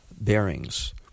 Bearings